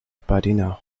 patino